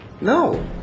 No